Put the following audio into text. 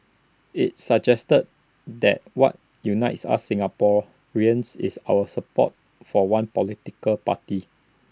IT suggests that what unites us as Singaporeans is our support for one political party